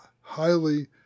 highly